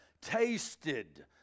tasted